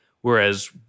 Whereas